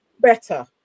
better